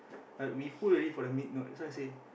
uh we full already for the mid note so I say